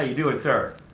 ah you doing, sir?